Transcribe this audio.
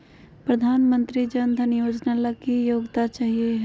प्रधानमंत्री जन धन योजना ला की योग्यता चाहियो हे?